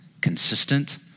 consistent